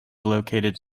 located